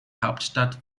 hauptstadt